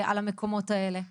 על המקומות האלה.